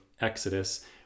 Exodus